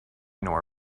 nor